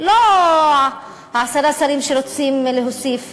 לא עשרת השרים שרוצים להוסיף.